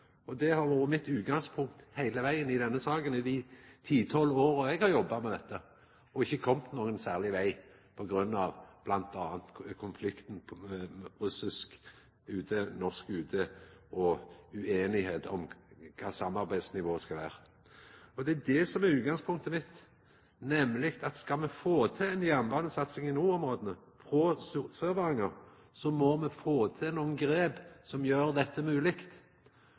resultatet. Det har vore mitt utgangspunkt heile vegen i denne saka i dei ti–tolv åra eg har jobba med dette, og ikkje kome nokon særleg veg, på grunn av m.a. konflikten mellom russisk og norsk utanriksdepartement og ueinigheit om samarbeidsnivået. Det er det som er utgangspunktet mitt, nemleg at skal me få til ei jernbanesatsing i nordområda og Sør-Varanger, må me få til nokre grep som gjer dette